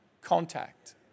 contact